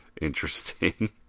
Interesting